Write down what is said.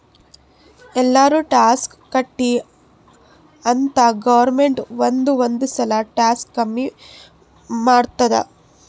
ಎಲ್ಲಾರೂ ಟ್ಯಾಕ್ಸ್ ಕಟ್ಲಿ ಅಂತ್ ಗೌರ್ಮೆಂಟ್ ಒಂದ್ ಒಂದ್ ಸಲಾ ಟ್ಯಾಕ್ಸ್ ಕಮ್ಮಿ ಮಾಡ್ತುದ್